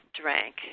drank